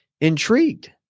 intrigued